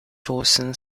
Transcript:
dawson